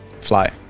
Fly